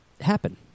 happen